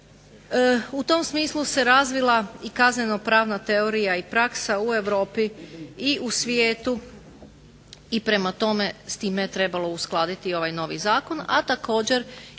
U tom smislu se razvila i kazneno-pravna teorija i praksa u Europi i u svijetu i prema tome s time je trebalo uskladiti i ovaj novi zakon, a također